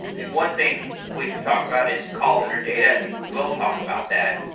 and one thing we could talk about is columnar data. i think we will talk about that.